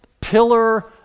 pillar